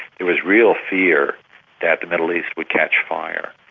there was real fear that the middle east would catch fire.